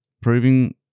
proving